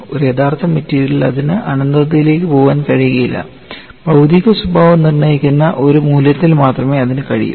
ഒരു യഥാർത്ഥ മെറ്റീരിയലിൽ അതിന് അനന്തതയിലേക്ക് പോകാൻ കഴിയില്ല ഭൌതിക സ്വഭാവം നിർണ്ണയിക്കുന്ന ഒരു മൂല്യത്തിൽ മാത്രമേ അതിന് കഴിയൂ